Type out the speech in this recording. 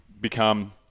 become